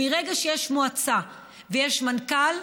מרגע שיש מועצה ויש מנכ"ל,